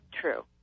true